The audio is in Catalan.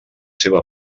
seva